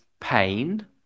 pain